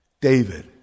David